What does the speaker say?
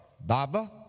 Baba